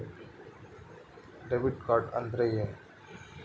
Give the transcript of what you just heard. Debit card ಅಂದ್ರೇನು?